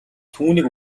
түүнийг